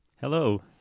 Hello